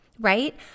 right